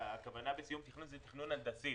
הכוונה היא לתכנון הנדסי.